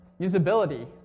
usability